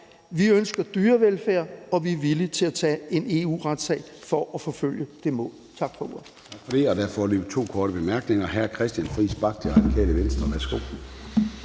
Vi ønsker dyrevelfærd, og vi er villige til at tage en EU-retssag for at forfølge det mål. Tak for ordet.